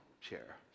chair